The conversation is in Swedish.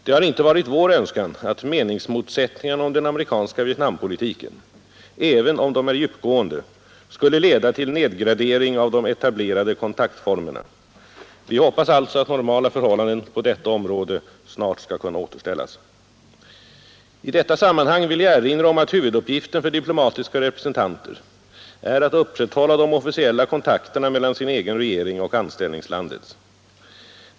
Det har inte varit vår önskan att meningsmotsättningarna om den amerikanska Vietnampolitiken — även om de är djupgående — skulle leda till nedgradering av de etablerade kontaktformerna. Vi hoppas alltså att normala förhållanden på detta område snart skall kunna återställas. I detta sammanhang vill jag erinra om att huvuduppgiften för diplomatiska representanter är att upprätthålla de officiella kontakterna mellan sin egen regering och anställningslandets.